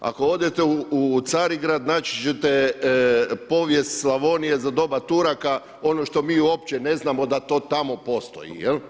Ako odete u Carigrad, naći ćete povijest Slavonije za doba Turaka, ono što mi uopće ne znamo da to tamo postoji.